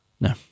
No